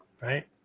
Right